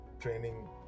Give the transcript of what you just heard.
training